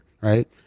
right